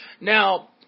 Now